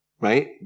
right